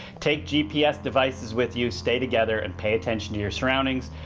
take gps devices with you, stay together and pay attention to your surroundings,